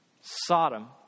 Sodom